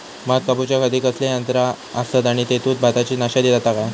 भात कापूच्या खाती कसले यांत्रा आसत आणि तेतुत भाताची नाशादी जाता काय?